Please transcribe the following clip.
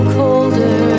colder